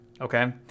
okay